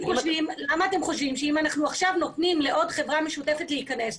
למה אתם חושבים שאם עכשיו אנחנו נותנים לעוד חברה משותפת להיכנס,